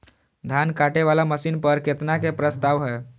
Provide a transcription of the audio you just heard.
धान काटे वाला मशीन पर केतना के प्रस्ताव हय?